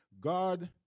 God